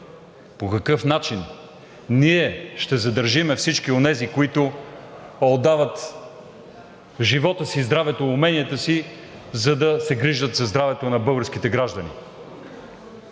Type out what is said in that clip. по какъв начин ще задържим всички онези, които отдават живота си, здравето, уменията си, за да се грижат за здравето на българските граждани.